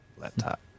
Laptop